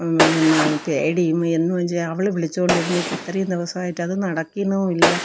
എന്നാ പേടിയും എന്നുവെച്ചാല് അവള് വിളിച്ചോണ്ടിരുന്നിട്ട് ഇത്രയും ദിവസമായിട്ട് അത് നടക്കിണുമില്ല